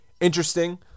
Interesting